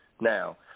Now